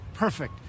perfect